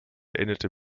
erinnerte